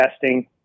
testing